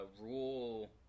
rule